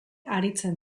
aritzen